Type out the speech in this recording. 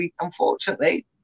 unfortunately